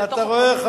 הנה, אתה רואה?